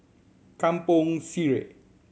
Kampong Sireh